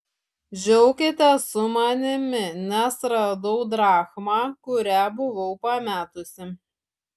džiaukitės su manimi nes radau drachmą kurią buvau pametusi